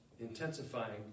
intensifying